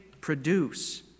produce